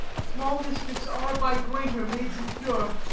small mischiefs are by greater made secure.